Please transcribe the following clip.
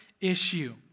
issue